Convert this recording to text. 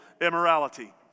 immorality